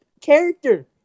character